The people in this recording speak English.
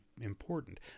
important